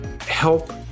help